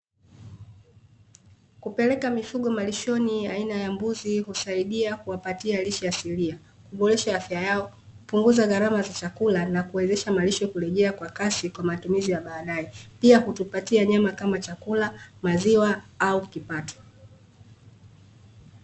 Kupeleka mifugo malishoni aina ya mbuzi husaidia kuwapatia lishe asilia, kuboresha afya yao, kupunguza gharama za chakula na kuwezesha malisho kurejea kwa kasi kwa matumizi ya baadae. Pia hutupatia nyama kama chakula, maziwa au kipato.